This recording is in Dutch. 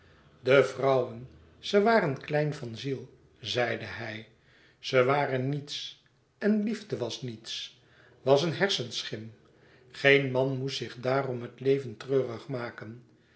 de vrouwen ze waren klein van ziel zeide hij ze waren niets en liefde was niets was een hersenschim geen man moest zich daarom het leven treurig maken